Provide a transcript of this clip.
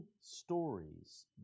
stories